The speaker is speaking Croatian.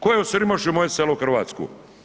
Ko je osiromašio moje selo hrvatsko?